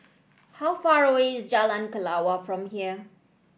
how far away is Jalan Kelawar from here